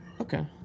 Okay